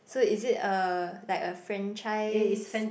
so is it a like a franchise